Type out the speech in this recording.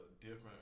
Different